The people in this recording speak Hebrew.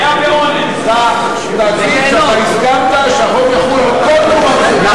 יחול על כל תרומה מחוץ-לארץ,